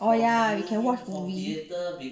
oh ya you can watch movie